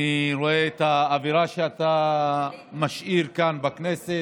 אני רואה את האווירה שאתה משאיר כאן בכנסת.